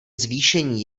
zvýšení